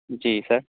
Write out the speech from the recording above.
جی سر